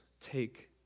take